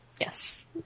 Yes